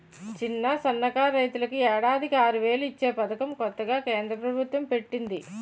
చిన్న, సన్నకారు రైతులకు ఏడాదికి ఆరువేలు ఇచ్చే పదకం కొత్తగా కేంద్ర ప్రబుత్వం పెట్టింది